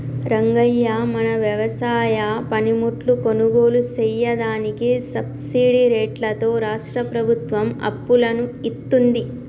రంగయ్య మన వ్యవసాయ పనిముట్లు కొనుగోలు సెయ్యదానికి సబ్బిడి రేట్లతో రాష్ట్రా ప్రభుత్వం అప్పులను ఇత్తుంది